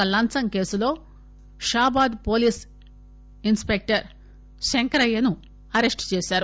ఒక లంచం కేసులో షాబాద్ పోలీస్ ఇన్స్పెక్టర్ శంకరయ్యను అరెస్టు చేశారు